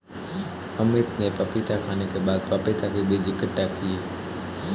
अमित ने पपीता खाने के बाद पपीता के बीज इकट्ठा किए